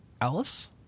Alice